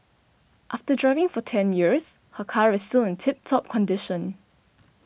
after driving for ten years her car is still in tip top condition